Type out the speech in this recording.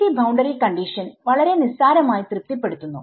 PEC boundary condition വളരെ നിസ്സാരമായി തൃപ്തിപ്പെടുത്തുന്നു